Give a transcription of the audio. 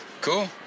Cool